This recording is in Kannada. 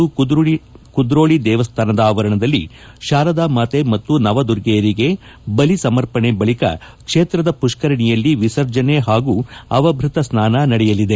ಆ ಬಳಿಕ ಕುದ್ರೋಳಿ ದೇವಸ್ಥಾನದ ಆವರಣದಲ್ಲಿ ಶಾರದಾ ಮಾತೆ ಮತ್ತು ನವದುರ್ಗೆಯರಿಗೆ ಬಲಿ ಸಮರ್ಪಣೆ ಬಳಿಕ ಕ್ಷೇತ್ರದ ಪುಪ್ತರಣಿಯಲ್ಲಿ ವಿಸರ್ಜನೆ ಹಾಗೂ ಅವಭ್ಯತ ಸ್ನಾನ ನಡೆಯಲಿದೆ